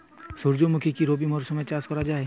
সুর্যমুখী কি রবি মরশুমে চাষ করা যায়?